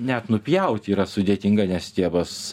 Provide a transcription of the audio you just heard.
net nupjauti yra sudėtinga nes stiebas